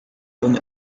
con